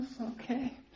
Okay